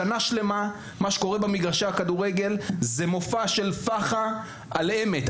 שנה שלמה מה שקורה במשרדי הכדורגל זה מופע של פח"ע על אמת.